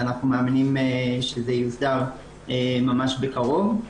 ואנחנו מאמינים שזה יוסדר ממש בקרוב.